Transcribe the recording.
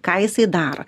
ką jisai daro